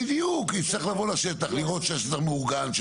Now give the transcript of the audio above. לראות שהשטח מאורגן,